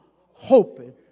hoping